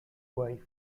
wife